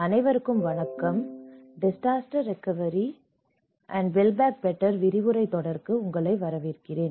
அனைவருக்கும் வணக்கம் disaster recovery and build back better விரிவுரைத் தொடருக்கு உங்களை வரவேர்கிரேன்